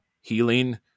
healing